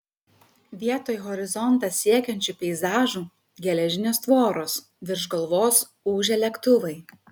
vietoj horizontą siekiančių peizažų geležinės tvoros virš galvos ūžia lėktuvai